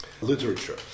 literature